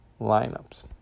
lineups